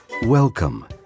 Welcome